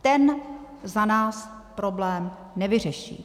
Ten za nás problém nevyřeší.